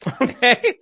Okay